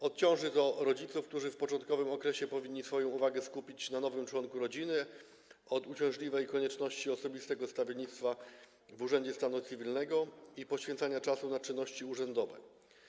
Odciąży to rodziców, którzy w początkowym okresie powinni swoją uwagę skupić na nowym członku rodziny, od kłopotliwej konieczności osobistego stawienia się w urzędzie stanu cywilnego i poświęcania czasu na czynności urzędowe.